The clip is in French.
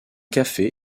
café